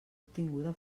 obtinguda